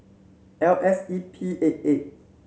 L S E P eight eight